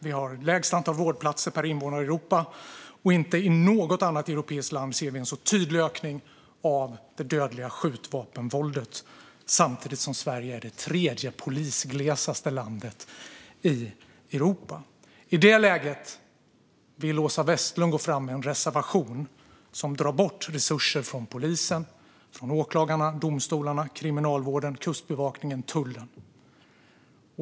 Vi har lägst antal vårdplatser per invånare i Europa. Inte i något annat europeiskt land ser vi en så tydlig ökning av det dödliga skjutvapenvåldet, och samtidigt är Sverige det tredje polisglesaste landet i Europa. I detta läge vill Åsa Westlund gå fram med en reservation som drar bort resurser från polisen, åklagarna, domstolarna, Kriminalvården, Kustbevakningen och tullen.